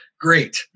Great